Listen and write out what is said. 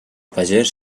pagès